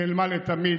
שנעלמה לתמיד.